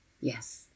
Yes